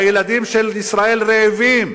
הילדים של ישראל רעבים.